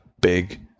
big